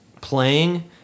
playing